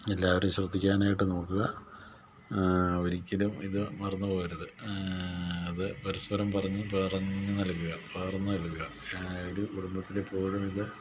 എല്ലാവരെയും ശ്രദ്ധിക്കാനായിട്ട് നോക്കുക ഒരിക്കലും ഇതു മറന്നു പോകരുത് അത് പരസ്പരം പറഞ്ഞു പറഞ്ഞു നൽകുക പകർന്നു നൽകുക ഒരു കുടുംബത്തിൽ എപ്പോഴും ഇത്